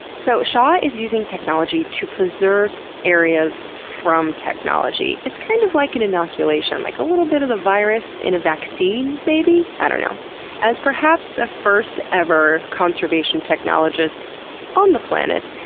so, shah is using technology to preserve areas from technology. it's kind of like an inoculation, like a little bit of the virus in a vaccine, maybe? and as perhaps the first ever conservation technologist on the planet,